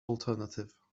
alternative